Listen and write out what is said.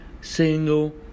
single